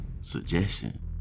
suggestion